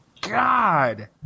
God